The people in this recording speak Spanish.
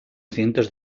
cientos